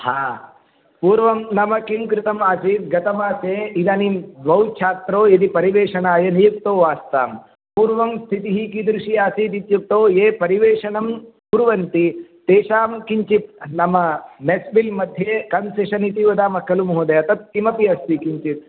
पूर्वं नाम किं कृतम् आसीत् गतमासे इदानीं द्वौ छात्रौ यदि परिवेषणाय नियुक्तौ आस्तां पूर्वं स्थितिः कीदृशी आसीदित्युक्तौ ये परिवेषणं कुर्वन्ति तेषां किञ्चित् नाम मेस्बिल्मध्ये कन्सिशन् इति वदामः खलु महोदय तत् किमपि अस्ति किञ्चित्